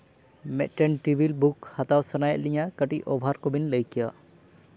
ᱢᱤᱫᱴᱮᱱ table book ᱦᱟᱛᱟᱣ ᱥᱟᱱᱟᱭᱮᱫ ᱞᱤᱧᱟᱹ ᱠᱟᱹᱴᱤᱡ ᱚᱵᱷᱟᱨ ᱠᱚᱵᱮᱱ ᱞᱟᱹᱭ ᱠᱮᱭᱟ